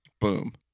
Boom